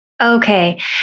Okay